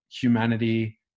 humanity